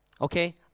Okay